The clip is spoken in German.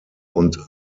und